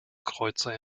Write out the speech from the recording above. kreuzer